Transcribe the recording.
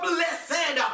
Blessed